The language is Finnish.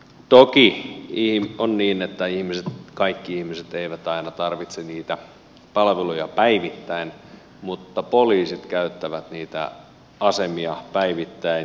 toki on niin että kaikki ihmiset eivät aina tarvitse niitä palveluja päivittäin mutta poliisit käyttävät niitä asemia päivittäin